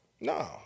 No